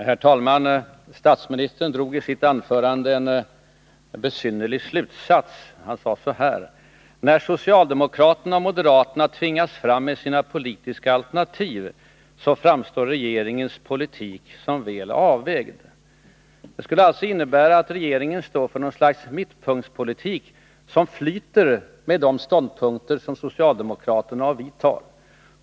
Herr talman! Statsministern drog i sitt anförande en besynnerlig slutsats. Han sade att ”när socialdemokraterna och moderaterna tvingas fram med sina politiska alternativ, så framstår regeringens politik som väl avvägd”. Det skulle alltså innebära att regeringen står för något slags mittpunktspolitik, som flyter alltefter de ståndpunkter som socialdemokraterna och vi har.